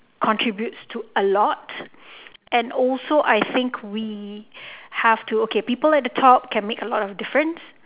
contributes to a lot and also I think we have to okay people like to talk can make a lot of difference